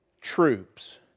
troops